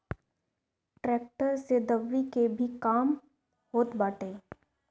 tractor से दवरी के भी काम होत बाटे